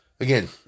Again